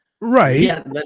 Right